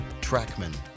Trackman